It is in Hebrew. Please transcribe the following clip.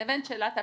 לבין שאלת אפליקציה.